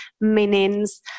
meanings